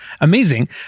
amazing